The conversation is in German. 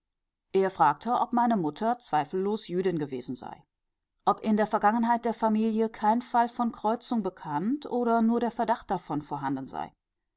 er fragte ob meine mutter zweifellos jüdin gewesen sei ob in der vergangenheit der familie kein fall von kreuzung bekannt oder nur der verdacht davon vorhanden sei